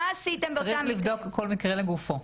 צריך לבדוק כל מקרה לגופו.